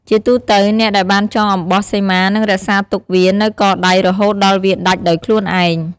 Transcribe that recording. ជាទូទៅ អ្នកដែលបានចងអំបោះសីមានឹងរក្សាទុកវានៅកដៃរហូតដល់វាដាច់ដោយខ្លួនឯង។